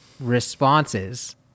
responses